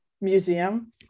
museum